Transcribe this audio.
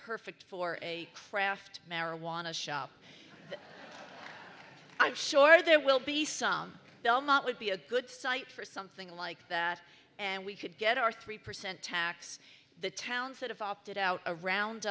perfect for a craft marijuana shop i'm sure there will be some belmont would be a good site for something like that and we could get our three percent tax the towns that have opted out around